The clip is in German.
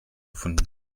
gefunden